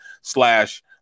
slash –